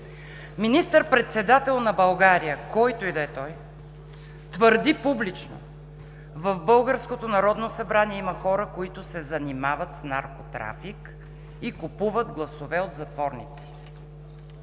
Министър-председател на България, който и да е той, твърди публично: в българското Народно събрание има хора, които се занимават с наркотрафик и купуват гласове от затворници.